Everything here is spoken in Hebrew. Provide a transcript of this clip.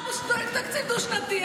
אנחנו שקועים בתקציב דו-שנתי.